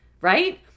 right